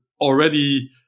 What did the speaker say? already